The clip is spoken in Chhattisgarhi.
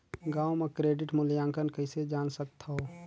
गांव म क्रेडिट मूल्यांकन कइसे जान सकथव?